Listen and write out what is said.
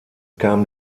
kam